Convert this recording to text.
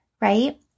right